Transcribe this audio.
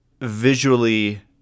visually